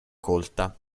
colta